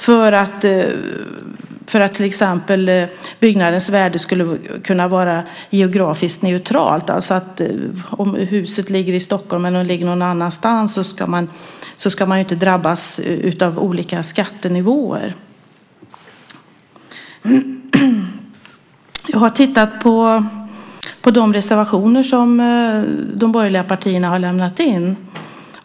Då skulle byggnadens värde kunna vara geografiskt neutralt. Om huset ligger i Stockholm eller någon annanstans ska man inte drabbas av olika skattenivåer. Jag har tittat på de reservationer som de borgerliga partierna har lämnat in.